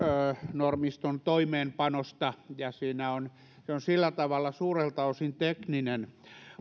normiston toimeenpanosta ja se on sillä tavalla suurelta osin tekninen